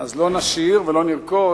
לא נשיר ולא נרקוד,